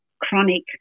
chronic